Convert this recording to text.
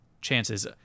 chances